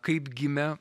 kaip gimė